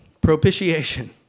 Propitiation